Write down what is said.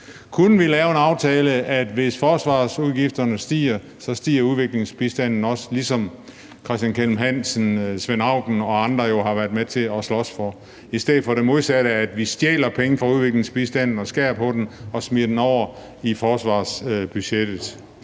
Kunne vi lave en aftale om, at hvis forsvarsudgifterne stiger, stiger udviklingsbistanden også, ligesom Christian Kelm-Hansen, Svend Auken og andre har været med til at slås for, i stedet for det modsatte, nemlig at vi stjæler penge fra udviklingsbistanden og skærer ned på den og smider pengene over i forsvarsbudgettet?